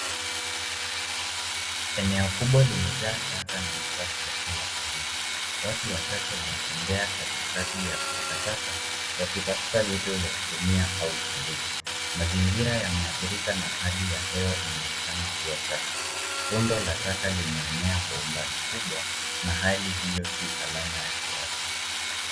Eneo kubwa limejaa taka na uchafu wa kila aina. Watu wachache wanatembea katikati ya takataka wakitafuta vitu vya kutumia au kuuza. Mazingira yamehathirika na hali ya hewa inaonekana kuwa chafu. Rundo la taka limeenea kwa umbali kubwa na hali hiyo si salama ya kiafya.